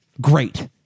great